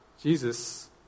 Jesus